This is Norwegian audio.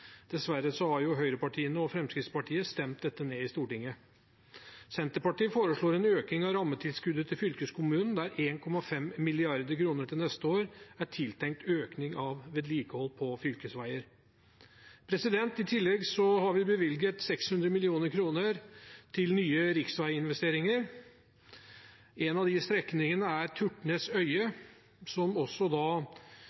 har høyrepartiene og Fremskrittspartiet stemt dette ned i Stortinget. Senterpartiet foreslår en økning av rammetilskuddet til fylkeskommunen, der 1,5 mrd. kr til neste år er tiltenkt økning av vedlikehold på fylkesveger. I tillegg har vi bevilget 600 mill. kr til nye riksveginvesteringer. En av de strekningene er